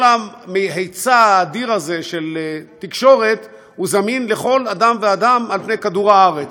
כל ההיצע האדיר הזה של תקשורת זמין לכל אדם ואדם על-פני כדור-הארץ.